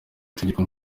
itegeko